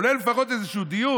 עולה לפחות איזשהו דיון,